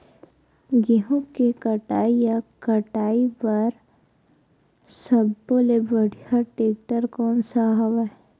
गेहूं के कटाई या कटाई बर सब्बो ले बढ़िया टेक्टर कोन सा हवय?